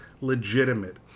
legitimate